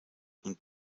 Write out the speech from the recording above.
und